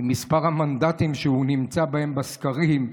עם מספר המנדטים שהוא נמצא בהם בסקרים,